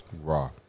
raw